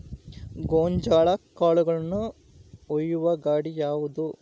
ಗೋಂಜಾಳ ಕಾಳುಗಳನ್ನು ಒಯ್ಯುವ ಗಾಡಿ ಯಾವದು?